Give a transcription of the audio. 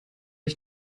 ich